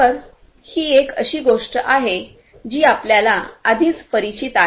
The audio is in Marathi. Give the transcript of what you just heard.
तर ही एक अशी गोष्ट आहे जी आपल्याला आधीच परिचित आहे